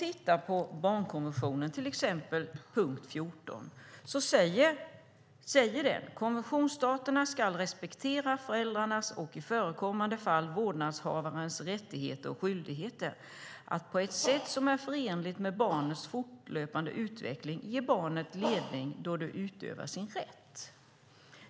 I konventionens punkt 14 säger man: "Konventionsstaterna skall respektera föräldrarnas och i förekommande fall vårdnadshavares rättigheter och skyldigheter att på ett sätt som är förenligt med barnets fortlöpande utveckling ge barnet ledning då det utövar sin rätt."